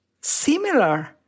similar